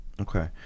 Okay